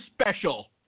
special